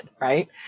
right